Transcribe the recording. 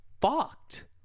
fucked